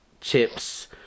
chips